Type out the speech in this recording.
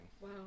Wow